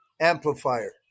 amplifier